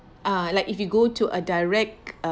uh like if you go to a direct uh